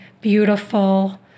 beautiful